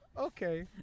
Okay